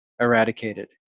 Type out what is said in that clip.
eradicated